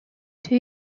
two